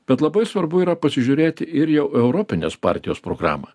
bet labai svarbu yra pasižiūrėti ir į europinės partijos programą